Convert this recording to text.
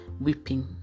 weeping